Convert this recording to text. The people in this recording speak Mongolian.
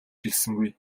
хэлсэнгүй